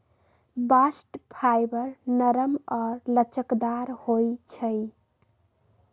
bast fibre नरम आऽ लचकदार होइ छइ